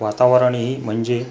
वातावरणही म्हणजे